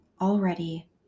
already